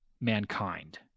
mankind